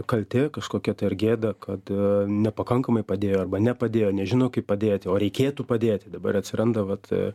kaltė kažkokia tai ar gėda kad nepakankamai padėjo arba nepadėjo nežino kaip padėti o reikėtų padėti dabar atsiranda vat